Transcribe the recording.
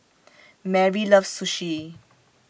Merri loves Sushi